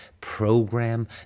program